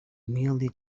merely